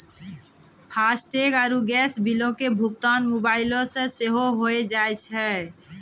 FASTag आरु gas बिलो के भुगतान मोबाइलो से सेहो होय जाय छै